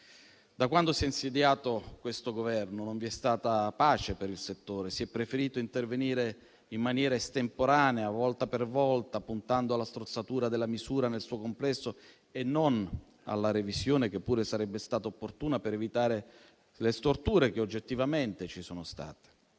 Da quando si è insediato questo Governo non vi è stata pace per il settore. Si è preferito intervenire in maniera estemporanea, volta per volta, puntando alla strozzatura della misura nel suo complesso e non alla revisione, che pure sarebbe stata opportuna per evitare le storture che oggettivamente ci sono state.